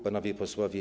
Panowie Posłowie!